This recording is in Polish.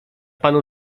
panu